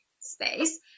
space